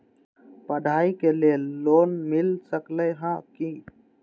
पढाई के लेल लोन मिल सकलई ह की?